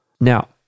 Now